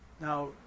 Now